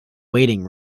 waiting